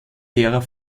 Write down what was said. derer